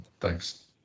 Thanks